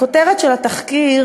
הכותרת של התחקיר,